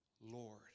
Lord